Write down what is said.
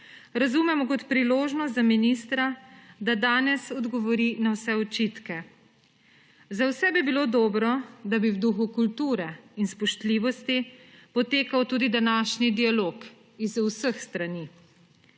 razumemo kot priložnost za ministra, da danes odgovori na vse očitke. Za vse bi bilo dobro, da bi v duhu kulture in spoštljivosti potekal tudi današnji dialog z vseh strani.